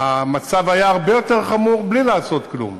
המצב היה הרבה יותר חמור, בלי לעשות כלום.